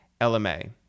LMA